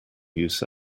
use